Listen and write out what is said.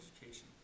education